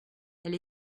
elle